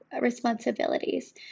responsibilities